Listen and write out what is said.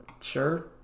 sure